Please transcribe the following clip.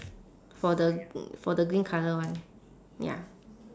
for the for the green colour one ya